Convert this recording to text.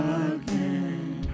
again